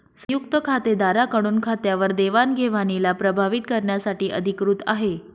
संयुक्त खातेदारा कडून खात्यावर देवाणघेवणीला प्रभावीत करण्यासाठी अधिकृत आहे